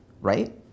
right